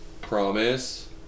Promise